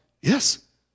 Yes